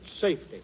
safety